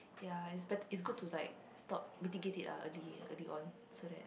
ya it's better it's good to like stop mitigate it lah early early on so that